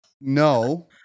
no